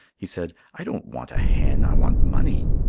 he said, i don't want a hen i want money.